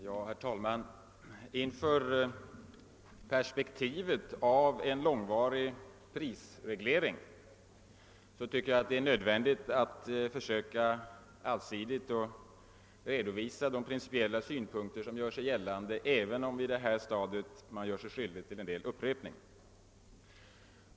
Herr talman! Inför perspektivet av en långvarig prisreglering tycker jag det är nödvändigt att försöka allsidigt redovisa de principiella synpunkter som gör sig gällande, även om man i detta stadium av debatten gör sig skyldig till en del upprepningar.